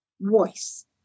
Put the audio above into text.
voice